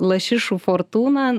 lašišų fortūną